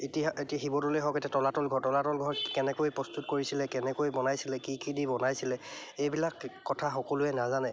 এতিয়া এতিয়া শিৱদলেই হওক এতিয়া তলাতল ঘৰ তলাতল ঘৰত কেনেকৈ প্ৰস্তুত কৰিছিলে কেনেকৈ বনাইছিলে কি কি দি বনাইছিলে এইবিলাক কি কথা সকলোৱে নাজানে